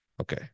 Okay